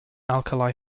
alkali